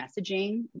messaging